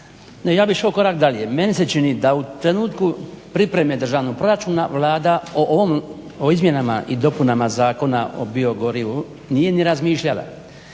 ja bih išao korak dalje. Meni se čini da u trenutku pripreme Državnog proračuna Vlada o izmjenama i dopunama Zakona o biogorivu nije ni razmišljala,